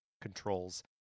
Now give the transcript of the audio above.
controls